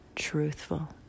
truthful